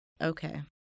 okay